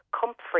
comfrey